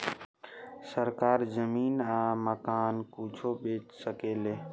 सरकार जमीन आ मकान कुछो बेच सके ले